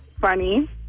funny